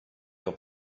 your